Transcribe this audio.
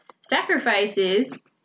sacrifices